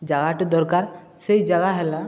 ଜାଗାଟେ ଦରକାର ସେଇ ଜାଗା ହେଲା